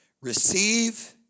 receive